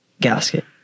Gasket